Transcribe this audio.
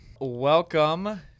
Welcome